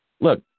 Look